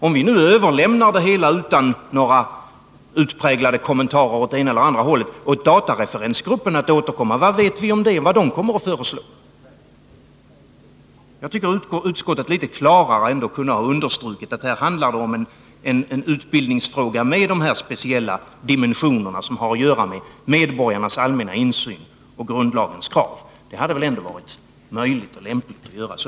Om vi nu överlämnar det hela, utan några utpräglade kommentarer åt ena eller andra hållet, till datareferensgruppen för att den skall återkomma med förslag, vad vet vi om vad den kommer att föreslå? Jag tycker att utskottet litet klarare kunde ha understrukit att det här handlar om en utbildningsfråga med dessa speciella dimensioner som har att göra med medborgarnas allmänna insyn och grundlagens krav. Det hade väl ändå varit möjligt och lämpligt att göra så.